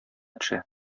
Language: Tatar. төшә